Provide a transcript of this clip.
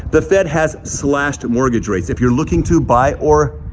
the fed has slashed mortgage rates if you're looking to buy or.